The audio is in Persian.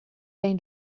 این